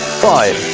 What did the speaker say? five,